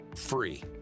free